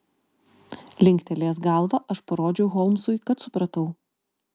linktelėjęs galvą aš parodžiau holmsui kad supratau